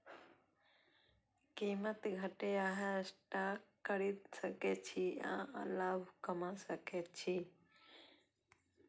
कीमत घटै पर अहां स्टॉक खरीद सकै छी आ लाभ कमा सकै छी